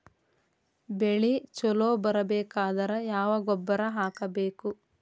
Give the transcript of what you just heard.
ಬೆಳಿ ಛಲೋ ಬರಬೇಕಾದರ ಯಾವ ಗೊಬ್ಬರ ಹಾಕಬೇಕು?